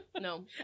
No